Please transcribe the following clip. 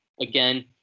again